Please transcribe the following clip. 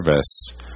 service